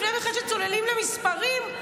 לפני שבכלל צוללים למספרים,